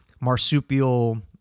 marsupial